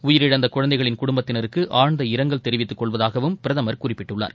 உயிரிழந்த குழந்தைகளின் குடும்பத்தினருக்கு ஆழ்ந்த இரங்கல் தெரிவித்துக் கொள்வதாகவும் பிரதமா குறிப்பிட்டுள்ளார்